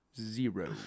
Zero